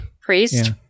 priest